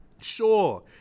Sure